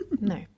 No